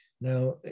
now